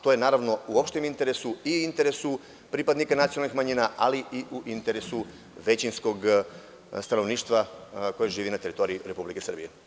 To je naravno u opštem interesu i interesu pripadnika nacionalnih manjina ali i u interesu većinskog stanovništva koje živi na teritoriji Republike Srbije.